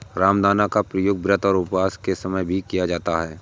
रामदाना का प्रयोग व्रत और उपवास के समय भी किया जाता है